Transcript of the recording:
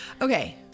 Okay